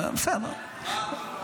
רק מיסים.